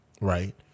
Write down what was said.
Right